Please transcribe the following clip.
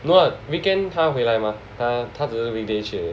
no [what] weekend 他回来吗他他只是 weekdays 去